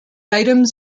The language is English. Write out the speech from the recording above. items